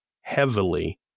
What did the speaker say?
heavily